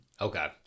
Okay